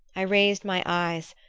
i raised my eyes,